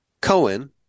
Cohen